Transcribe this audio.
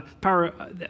power